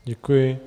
Děkuji.